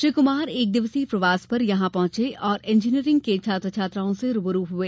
श्री कुमार एक दिवसीय प्रवास पर यहां पहुंचे और इंजीनियरिंग के छात्र छात्राओं से रूबरू हुए